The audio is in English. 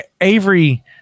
avery